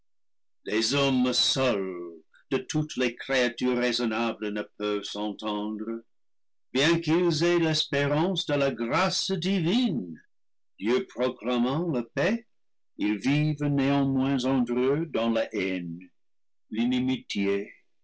les hommes seuls de toutes les créatures raisonnables ne peuvent s'entendre bien qu'ils aient l'espérance de la grâce divine dieu proclamant la paix ils vivent néanmoins entre eux dans la haine l'inimitié